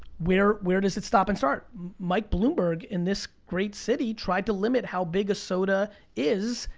where where does it stop and start? mike bloomberg, in this great city, tried to limit how big a soda is,